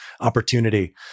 opportunity